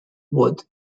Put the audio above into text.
would